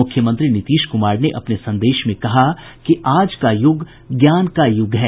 मुख्यमंत्री नीतीश कुमार ने अपने संदेश में कहा कि आज का युग ज्ञान का युग है